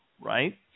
right